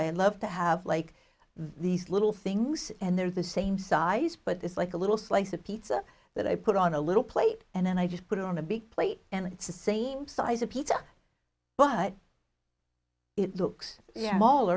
i love to have like these little things and they're the same size but it's like a little slice of pizza that i put on a little plate and then i just put it on a big plate and it's the same size of pizza but it looks y